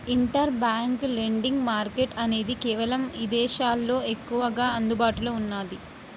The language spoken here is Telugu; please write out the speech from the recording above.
ఇంటర్ బ్యాంక్ లెండింగ్ మార్కెట్ అనేది కేవలం ఇదేశాల్లోనే ఎక్కువగా అందుబాటులో ఉన్నాది